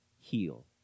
Heal